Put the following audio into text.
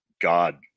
God